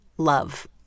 Love